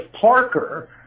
Parker